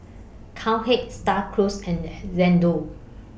Cowhead STAR Cruise and Xndo